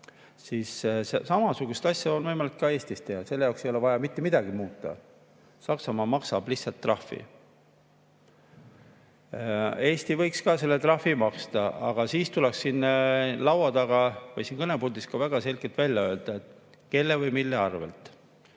siis samasugust asja on võimalik ka Eestis teha, selle jaoks ei ole vaja mitte midagi muuta. Saksamaa maksab lihtsalt trahvi. Eesti võiks ka selle trahvi ära maksta, aga siis tuleks siit kõnepuldist väga selgelt välja öelda, kelle või mille arvel.